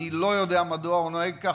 אני לא יודע מדוע הוא נוהג כך,